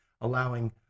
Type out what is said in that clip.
Allowing